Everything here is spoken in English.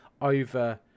over